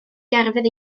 gerfydd